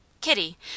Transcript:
Kitty